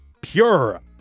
Pure